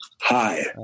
Hi